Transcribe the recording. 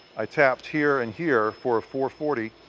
i tapped here and here for four forty